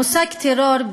המושג טרור,